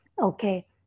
Okay